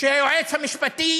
שהיועץ המשפטי